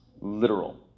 literal